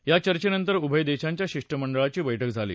या चर्चेनंतर उभय देशांच्या शिष्टमंडळांची बैठक झाली